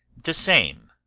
the same.